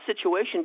situation